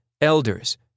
elders